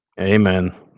Amen